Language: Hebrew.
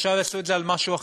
ועכשיו יעשו את זה על משהו אחר,